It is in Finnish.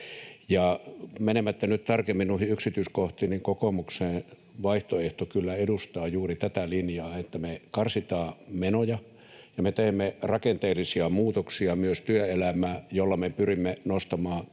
Menemättä nyt tarkemmin noihin yksityiskohtiin, kokoomuksen vaihtoehto kyllä edustaa juuri tätä linjaa, että me karsitaan menoja ja me teemme rakenteellisia muutoksia myös työelämään, joilla me pyrimme nostamaan